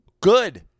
good